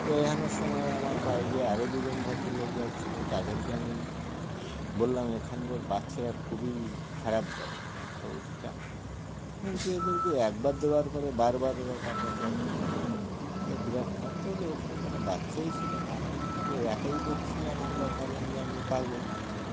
তো এখানো সময় আমার পায়ে দিয়ে আরো দুজন ভদ্রলোক যাচ্ছিলো তাদেরকে আমি বললাম এখানকারর বাচ্চারা খুবই খারাপ দাদা তো সেখান যে এদেরকে একবার দেওয়ার পরে বারবার এরা টাকা চায় বিরাট খারাপ তাহলে ওখানে কোনো বাচ্চাই ছিল না আপনি একট তো একাই বকছিলেন আমরা ভাবলাম যে আপনি পাগল